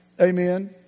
amen